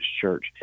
Church